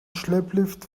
schlepplift